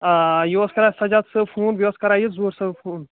آ یہِ اوس کَران سجاد صٲب فون بیٚیہِ اوس کَران یہِ ظہور صٲب فون